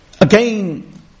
again